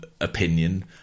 opinion